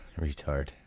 retard